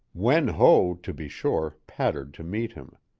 wen ho, to be sure, pattered to meet him.